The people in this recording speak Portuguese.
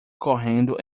correndo